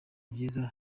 byiza